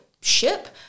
ship